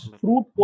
fruit